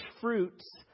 fruits